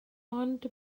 ond